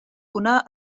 una